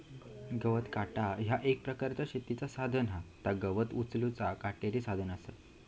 गवत काटा ह्या एक प्रकारचा शेतीचा साधन हा ता गवत उचलूचा काटेरी साधन असा